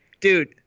Dude